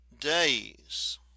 days